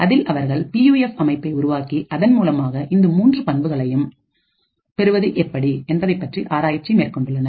அதில் அவர்கள் பியூஎஃப் அமைப்பை உருவாக்கி அதன் மூலமாக இந்த மூன்று பண்புகளையும் பெறுவது எப்படி என்பதைப்பற்றி ஆராய்ச்சி மேற்கொண்டுள்ளனர்